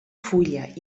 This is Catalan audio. fulla